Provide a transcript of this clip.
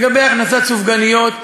לגבי הכנסת סופגניות,